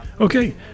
Okay